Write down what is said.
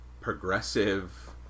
progressive